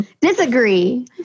disagree